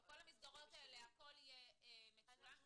בכל המסגרות האלה הכל יהיה מצולם.